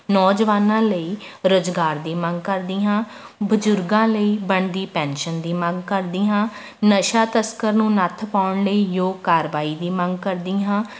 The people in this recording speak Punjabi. ਨੌਜਵਾਨਾਂ ਲਈ ਰੁਜ਼ਗਾਰ ਦੀ ਮੰਗ ਕਰਦੀ ਹਾਂ ਬਜ਼ੁਰਗਾਂ ਲਈ ਬਣਦੀ ਪੈਨਸ਼ਨ ਦੀ ਮੰਗ ਕਰਦੀ ਹਾਂ ਨਸ਼ਾ ਤਸਕਰ ਨੂੰ ਨੱਥ ਪਾਉਣ ਲਈ ਯੋਗ ਕਾਰਵਾਈ ਦੀ ਮੰਗ ਕਰਦੀ ਹਾਂ